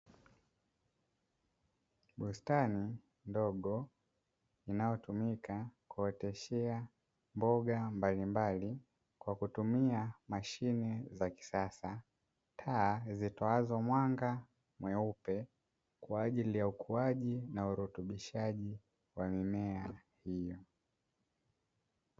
Bustani ndogo inayotumika kuoteshea mboga mbalimbali kwa kutumia mashine za kisasa, taa zitoazo mwanga mweupe kwa ajili ya ukuaji na urutubishaji wa mimea hiyo.